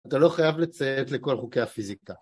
אתה לא חייב לציית לכל חוקי הפיזיקה.